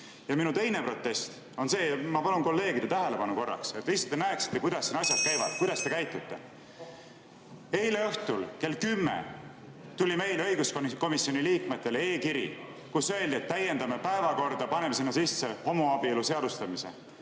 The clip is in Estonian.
Ja minu teine protest on see. Ma palun korraks kolleegide tähelepanu, et te lihtsalt näeksite, kuidas siin asjad käivad, kuidas te käitute. Eile õhtul kell 10 tuli õiguskomisjoni liikmetele e-kiri, kus öeldi, et täiendame päevakorda, paneme sinna sisse homoabielu seadustamise.